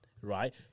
right